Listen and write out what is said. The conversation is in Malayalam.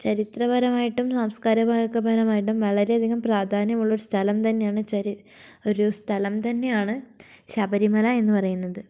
ചരിത്രപരമായിട്ടും സാംസ്കാരികപരമായിട്ടും വളരെയധികം പ്രാധാന്യമുള്ള ഒരു സ്ഥലം തന്നെയാണ് ഒരു സ്ഥലം തന്നെയാണ് ശബരിമല എന്ന് പറയുന്നത്